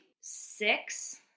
six